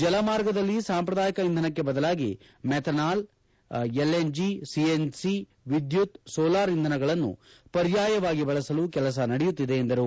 ಜಲಮಾರ್ಗದಲ್ಲಿ ಸಾಂಪ್ರದಾಯಿಕ ಇಂಧನಕ್ಕೆ ಬದಲಾಗಿ methanol LNG C N C ವಿದ್ಯುತ್ ಸೋಲಾರ್ ಇಂಧನಗಳನ್ನು ಪರ್ಯಾಯವಾಗಿ ಬಳಸಲು ಕೆಲಸ ನಡೆಯುತ್ತಿದೆ ಎಂದರು